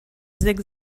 zig